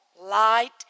light